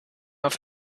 auf